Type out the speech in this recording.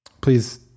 please